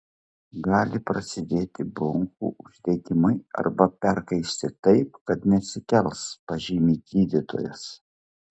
gali prasidėti bronchų uždegimai arba perkaisti taip kad neatsikels pažymi gydytojas